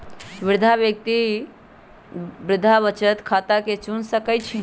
वृद्धा व्यक्ति वृद्धा बचत खता के चुन सकइ छिन्ह